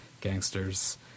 Gangsters